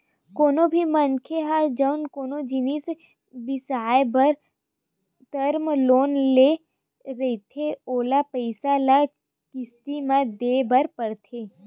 कोनो भी मनखे ह जउन कोनो जिनिस बिसाए बर टर्म लोन ले रहिथे ओला पइसा ल किस्ती म देय बर परथे